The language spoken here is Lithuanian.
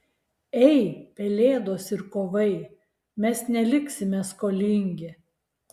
ei pelėdos ir kovai mes neliksime skolingi